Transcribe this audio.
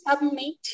submit